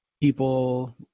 people